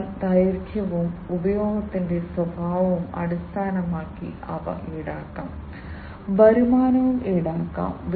അതിനാൽ ദൈർഘ്യവും ഉപയോഗത്തിന്റെ സ്വഭാവവും അടിസ്ഥാനമാക്കി അവ ഈടാക്കാം വരുമാനം ഈടാക്കാം